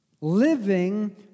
living